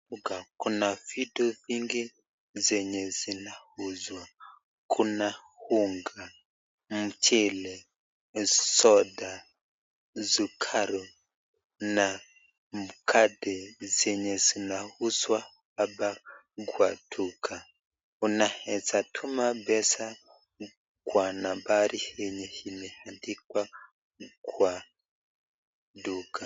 Duka, kuna vitu vingi zenye zinauzwa. Kuna unga, mchele, soda, sukari na mkate zenye zinauzwa hapa kwa duka. Unaweza tuma pesa kwa nambari yenye imeandikwa kwa duka.